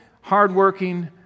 hardworking